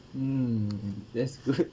mm that's good